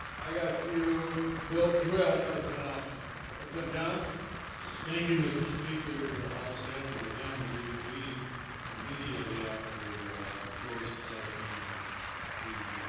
i got a few bill who else has an announcement represent john's thank you mr. speaker how sad again, we'll be meeting immediately after close of session and the